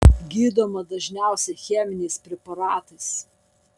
gydoma dažniausiai cheminiais preparatais